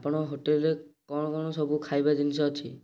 ଆପଣଙ୍କ ହୋଟେଲର କ'ଣ କ'ଣ ସବୁ ଖାଇବା ଜିନିଷ ଅଛି